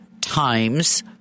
times